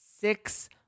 six